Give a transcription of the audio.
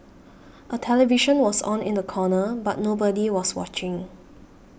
a television was on in the corner but nobody was watching